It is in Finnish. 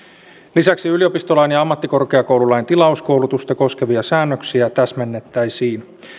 lisäksi yliopistolain ja ammattikorkeakoululain tilauskoulutusta koskevia säännöksiä täsmennettäisiin